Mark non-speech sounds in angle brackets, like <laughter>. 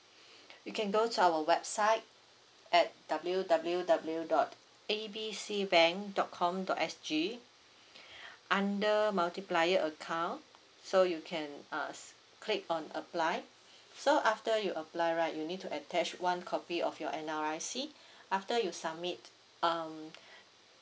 <breath> you can go to our website at W W W dot A B C bank dot com dot S G under multiplier account so you can uh click on apply so after you apply right you need to attach one copy of your N_R_I_C after you submit um